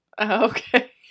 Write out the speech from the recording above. Okay